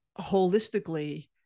holistically